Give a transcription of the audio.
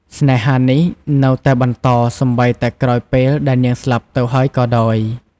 ស្នេហានេះនៅតែបន្តសូម្បីតែក្រោយពេលដែលនាងស្លាប់ទៅហើយក៏ដោយ ។